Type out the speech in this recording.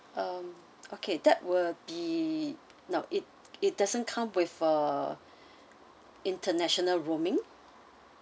um okay that will be no it it doesn't come with a international roaming